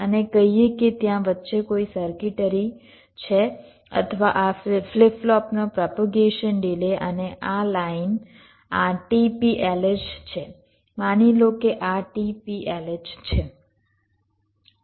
અને કહીએ કે ત્યાં વચ્ચે કોઈ સર્કિટરી છે અથવા આ ફ્લિપ ફ્લોપનો પ્રોપેગેશન ડિલે અને આ લાઇન આ t p lh છે માની લો કે આ tp lh છે